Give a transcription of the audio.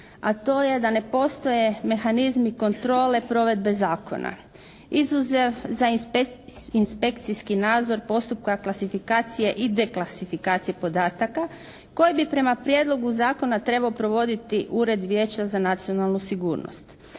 A to je da ne postoje mehanizmi kontrole provedbe zakone, izuzev za inspekcijski nadzor postupka klasifikacije i deklasifikacije podataka koji bi prema prijedlogu zakona trebao provoditi Ured vijeća za nacionalnu sigurnost.